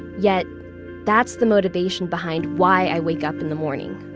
yet that's the motivation behind why i wake up in the morning.